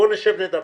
בוא נשב ונדבר".